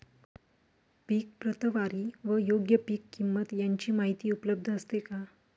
पीक प्रतवारी व योग्य पीक किंमत यांची माहिती उपलब्ध असते का?